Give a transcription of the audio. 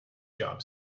job